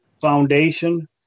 foundation